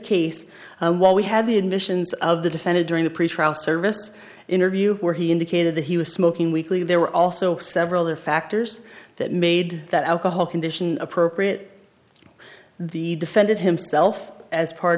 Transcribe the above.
while we had the admissions of the defendant during a pretrial service interview where he indicated that he was smoking weekly there were also several other factors that made that alcohol condition appropriate the defendant himself as part